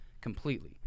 Completely